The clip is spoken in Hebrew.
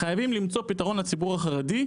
חייבים למצוא פתרון לציבור החרדי.